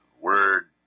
word